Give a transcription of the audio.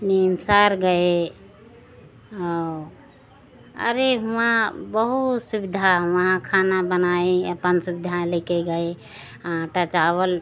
नीमसार गए और अरे वहाँ बहुत सुविधा वहाँ खाना बनाए अपनी सुविधाएँ लेकर गए पेचावल